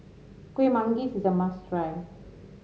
Kuih Manggis is a must try